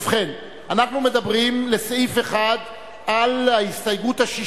ובכן, אנחנו מדברים על הסתייגות מס'